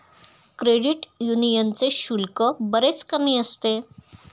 credit यूनियनचे शुल्क बरेच कमी असते